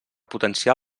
potenciar